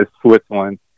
Switzerland